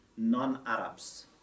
non-Arabs